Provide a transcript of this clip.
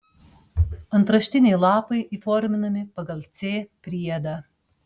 antraštiniai lapai įforminami pagal c priedą